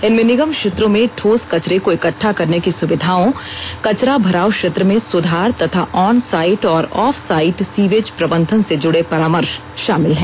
इनमें निगम क्षेत्रों में ठोस कचरे को इकट्टा करने की सुविधाओं कचरा भराव क्षेत्र में सुधार तथा ऑन साइट और ऑफ साइट सीवेज प्रबंधन से जुड़े परामर्श शामिल हैं